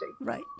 Right